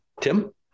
Tim